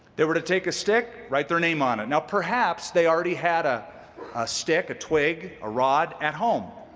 they were to take a stick, write their name on it. now, perhaps, they already had a stick, a twig, a rod at home.